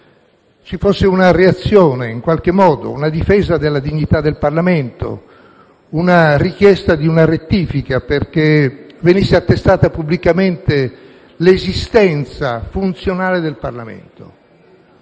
ci fosse una reazione, una qualche difesa della dignità del Parlamento, la richiesta di una rettifica perché venisse attestata pubblicamente l'esistenza funzionale del Parlamento.